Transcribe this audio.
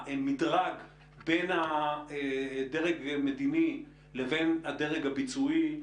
המדרג בין הדרג המדיני לבין הדרג הביצועי,